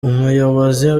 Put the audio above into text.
umuyobozi